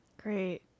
Great